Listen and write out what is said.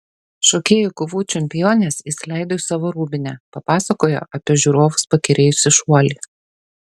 šokėjų kovų čempionės įsileido į savo rūbinę papasakojo apie žiūrovus pakerėjusį šuolį